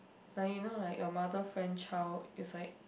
like you know like your mother friend child is like